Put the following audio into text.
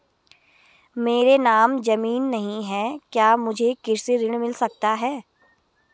मेरे नाम ज़मीन नहीं है क्या मुझे कृषि ऋण मिल सकता है?